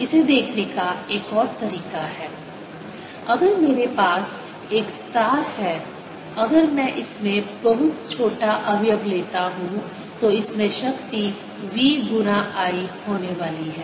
इसे देखने का एक और तरीका है अगर मेरे पास एक तार है अगर मैं इसमें बहुत छोटा अवयव लेता हूं फिर इसमें शक्ति v गुना I होने वाली है